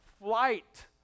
flight